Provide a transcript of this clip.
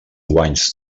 guanys